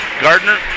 Gardner